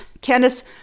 Candace